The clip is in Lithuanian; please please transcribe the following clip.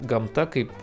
gamta kaip